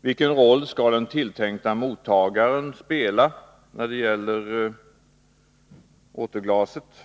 Vilken roll skall den tilltänkta mottagaren spela när det gäller återglaset?